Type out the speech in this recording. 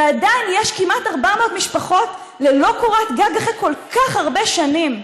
עדיין יש כמעט 400 משפחות ללא קורת גג אחרי כל כך הרבה שנים.